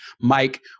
Mike